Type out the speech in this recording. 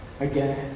again